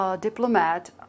diplomat